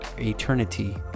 eternity